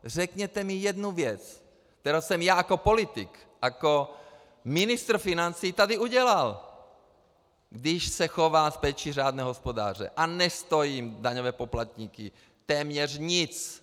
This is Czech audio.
Řekněte mi jednu věc, kterou jsem já jako politik, jako ministr financí tady udělal, když se chovám s péčí řádného hospodáře a nestojím daňové poplatníky téměř nic.